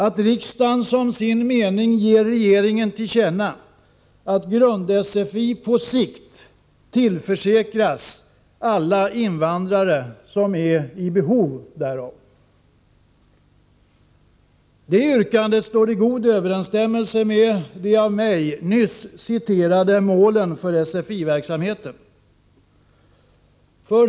”att riksdagen som sin mening ger regeringen till känna att grund-sfi på sikt tillförsäkras alla invandrare som är i behov därav ———". Detta yrkande står i god överensstämmelse med de av mig nyss citerade målen för SFI-verksamheten.